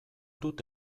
dut